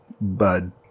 bud